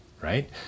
right